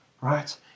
right